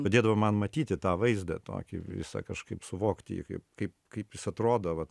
padėdavo man matyti tą vaizdą tokį visą kažkaip suvokti jį kaip kaip kaip jis atrodo vat